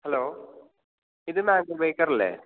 hello ഇത് Matthew Baker അല്ലേ